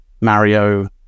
Mario